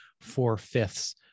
four-fifths